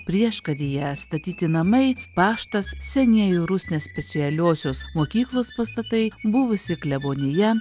prieškaryje statyti namai paštas senieji rusnės specialiosios mokyklos pastatai buvusi klebonija